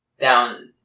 down